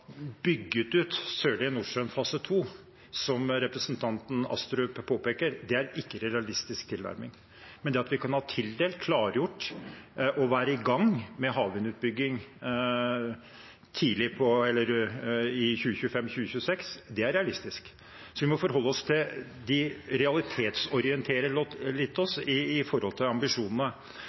bygget ut Sørlige Nordsjø II fase 2, som representanten Astrup påpeker, er ikke en realistisk tilnærming. Men det at vi kan ha tildelt, klargjort og være i gang med havvindutbygging i 2025/2026, er realistisk. Vi må realitetsorientere oss litt når det gjelder ambisjonene. Det mener jeg regjeringen har gjort gjennom presentasjonen som har vært i